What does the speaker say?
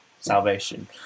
salvation